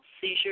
Seizure